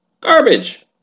Garbage